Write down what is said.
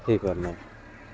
ହେଇପାରି ନାହିଁ